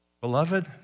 Beloved